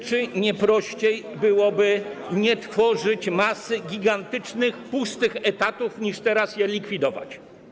Czy nie prościej byłoby nie tworzyć gigantycznej masy pustych etatów, niż teraz je likwidować?